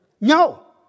No